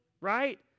right